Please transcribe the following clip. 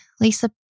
Lisa